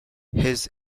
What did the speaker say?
his